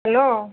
hello